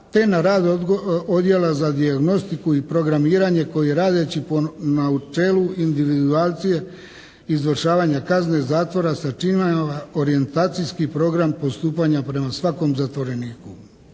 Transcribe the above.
te na rad Odjela za dijagnostiku i programiranje koje radeći po načelu individualnosti izvršavanja kazne zatvora sa čime orijentacijski program postupanja prema svakom zatvoreniku.